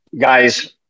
guys